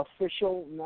official